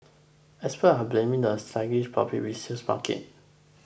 experts are blaming the sluggish public resales market